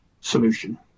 solution